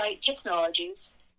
Technologies